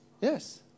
Yes